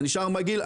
זה נשאר מגעיל,